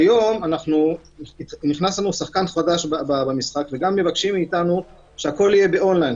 כיום נכנס לנו שחקן חדש במשרד וגם מבקשים מאיתנו שהכול יהיה באון-ליין,